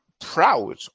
proud